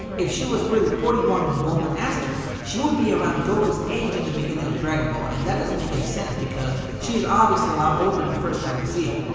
if she was really forty one when bulma asked her, she would be around goku's age in the beginning of dragonball. and that doesn't make any sense because, she is obviously a lot older the first time we see her.